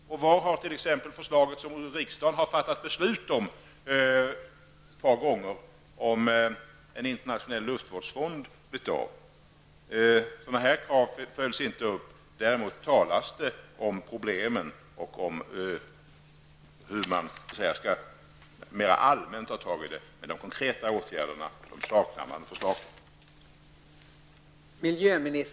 Var har t.ex. det förslag om en internationell luftvårdsfond som riksdagen ett par gånger har fattat beslut om blivit av? Sådana krav följs inte upp. Däremot talas det om problemen och om hur man mera allmänt skall åtgärda dem. Men de konkreta åtgärderna saknas.